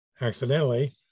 accidentally